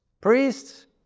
priests